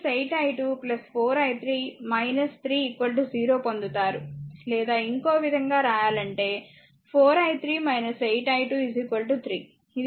8 i2 4 i3 3 0 పొందుతారు లేదా ఇంకో విధంగా రాయాలంటే 4 i3 8 i2 3 ఇది సమీకరణం 6